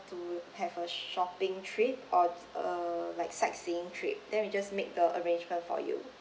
to have a shopping trip or uh like sightseeing trip then we just make the arrangement for you